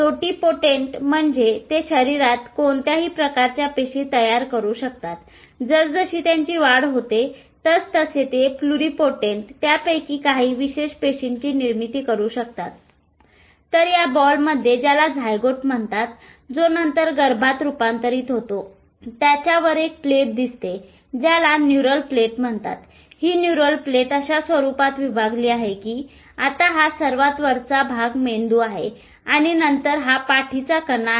totipotent म्हणजे ते शरीरात कोणत्याही प्रकारच्या पेशी तयार करू शकतात जसजशी त्यांची वाढ होते तसतसे ते प्लुरीपोटेंट त्यापैकी कांही विशेष पेशींची निर्मिती करू शकतात तर या बॉलमध्ये ज्याला झायगोट म्हणतात जो नंतर गर्भात रूपांतरित होतो त्याच्या वर एक प्लेट दिसते ज्याला न्यूरल प्लेट म्हणतात ही न्यूरल प्लेट अशा स्वरूपात विभागली आहे आता हा सर्वात वरचा भाग मेंदू आहे आणि नंतर हा पाठीचा कणा आहे